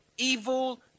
Evil